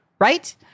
right